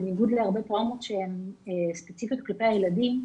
בניגוד להרבה טראומות שהן ספציפיות כלפי הילדים,